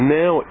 now